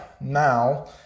now